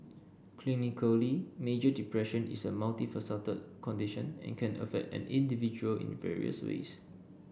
clinically major depression is a multifaceted condition and can affect an individual in various ways